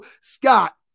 scott